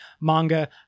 manga